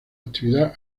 actividad